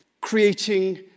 creating